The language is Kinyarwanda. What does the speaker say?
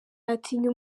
atinya